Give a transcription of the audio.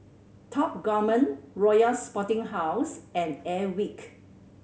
Top Gourmet Royal Sporting House and Airwick